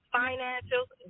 financials